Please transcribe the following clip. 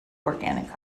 organic